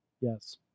Yes